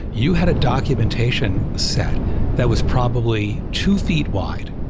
you had a documentation set that was probably two feet wide,